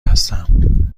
هستم